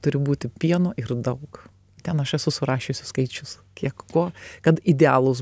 turi būti pieno ir daug ten aš esu surašiusi skaičius kiek ko kad idealūs